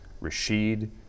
Rashid